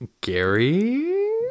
Gary